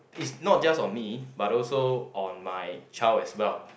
is not just on me but also on my child as well